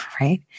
right